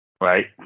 Right